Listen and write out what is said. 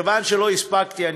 מכיוון שלא הספקתי,